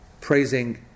praising